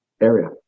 area